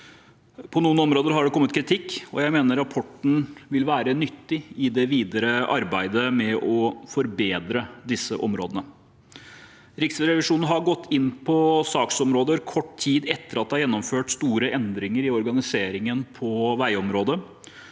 På noen områder har det kommet kritikk. Jeg mener rapporten vil være nyttig i det videre arbeidet med å forbedre disse områdene. Riksrevisjonen har gått inn på saksområdet kort tid etter at det ble gjennomført store endringer i organiseringen på veiområdet: